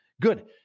Good